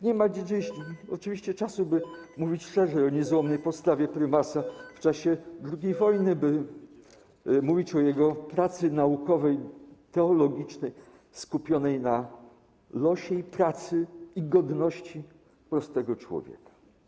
Nie ma dziś oczywiście czasu, by mówić szerzej o niezłomnej postawie prymasa w czasie II wojny, by mówić o jego pracy naukowej, teologicznej, skupionej na losie i pracy, i godności prostego człowieka.